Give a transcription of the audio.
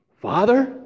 Father